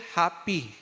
happy